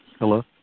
Hello